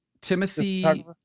Timothy